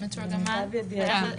למיטב ידיעתי כן.